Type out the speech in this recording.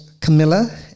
Camilla